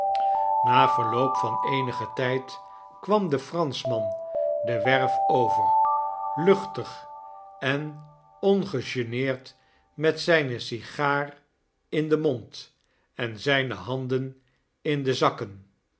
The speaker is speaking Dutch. na verloop van eenigen tyd kwam de franschman de werf over luchtig en ongegeneerd met zgne sigaar in den mond en zgne handen in de zakken